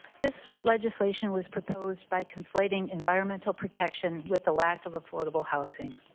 this legislation was proposed by conflating environmental protection with the lack of affordable housing.